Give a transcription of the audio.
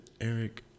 Eric